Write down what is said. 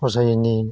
फसायैनि